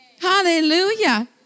Hallelujah